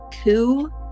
coup